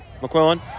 McQuillan